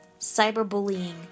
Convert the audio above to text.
cyberbullying